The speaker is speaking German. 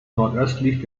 nordöstlich